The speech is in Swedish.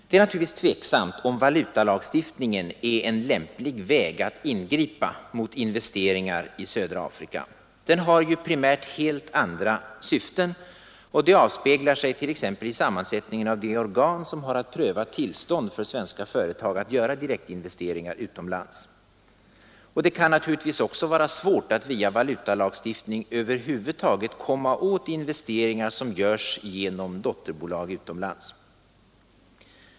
Det är naturligtvis tvivelaktigt om valutalagstiftningen är den lämpligaste vägen att ingripa mot investeringar i södra Afrika. Denna lagstiftning har ju primärt helt andra syften, vilket helt naturligt avspeglar sig i sammansättningen av de organ som har att pröva tillstånd för svenska företag att göra direktinvesteringar utomlands. Via valutalagstiftningen är det också svårt att över huvud taget komma åt investeringar som sker genom dotterbolag utomlands.